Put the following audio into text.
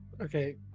Okay